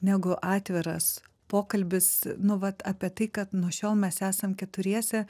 negu atviras pokalbis nu vat apie tai kad nuo šiol mes esam keturiese